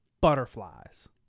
butterflies